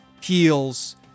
heals